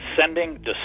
Sending